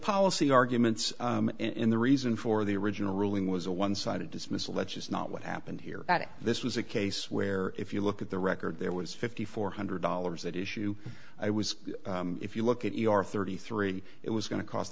policy arguments in the reason for the original ruling was a one sided dismissal that's just not what happened here this was a case where if you look at the record there was fifty four hundred dollars at issue i was if you look at your thirty three it was going to cost